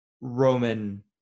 Roman